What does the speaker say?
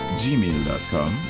gmail.com